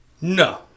No